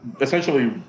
essentially